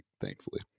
thankfully